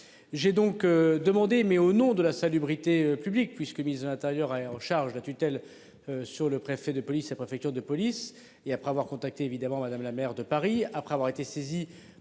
J'ai donc demandé mais au nom de la salubrité publique puisque le ministre de l'Intérieur est en charge de la tutelle. Sur le préfet de police. La préfecture de police et après avoir contacté évidemment madame la maire de Paris après avoir été saisi.